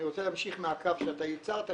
ארצה להמשיך מהקו שאתה הצעת,